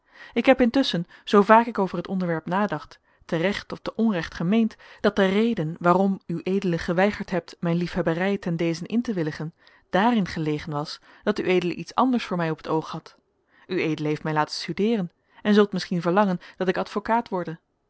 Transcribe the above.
ik heb intusschen zoo vaak ik over het onderwerp nadacht te recht of te onrecht gemeend dat de reden waarom ued geweigerd hebt mijn liefhebberij ten deze in te willigen daarin gelegen was dat ued iets anders voor mij op het oog hadt ued heeft mij laten studeeren en zult misschien verlangen dat ik advocaat worde